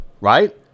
right